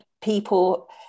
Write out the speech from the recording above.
people